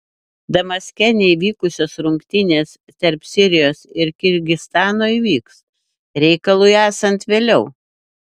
damaske neįvykusios rungtynės tarp sirijos ir kirgizstano įvyks reikalui esant vėliau